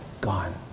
Gone